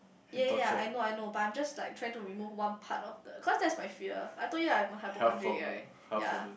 ya ya ya I know I know but I'm just like trying to remove one part of the cause that is my fear I told you I'm a hypochondriac right ya